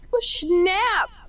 snap